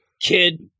kid